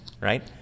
right